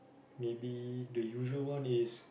maybe the usual one is